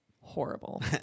Horrible